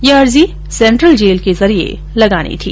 यह अर्जी central jail के जरिए लगानी थी